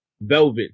Velvet